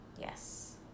Yes